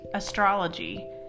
astrology